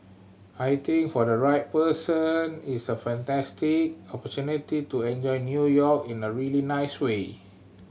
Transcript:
I think for the right person it's a fantastic opportunity to enjoy New York in a really nice way